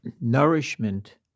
nourishment